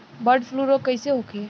Bird flu रोग कईसे होखे?